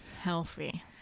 Healthy